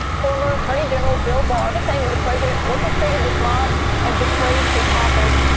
former attorney general bill barr is saying the the president orchestrated this mob and betrayed his office.